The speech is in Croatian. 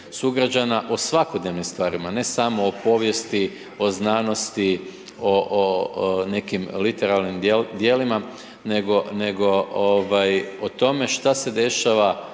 sugrađana o svakodnevnim stvarima, ne samo o povijesti, o znanosti, o nekim literarnim djelima, nego o tome što se dešava